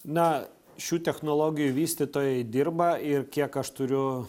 na šių technologijų vystytojai dirba ir kiek aš turiu